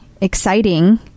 exciting